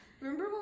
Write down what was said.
remember